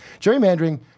Gerrymandering